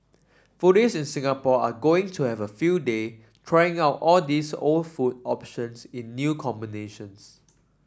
foodies in Singapore are going to have a field day trying out all these old food options in new combinations